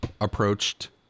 approached